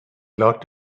lot